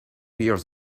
years